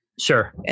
Sure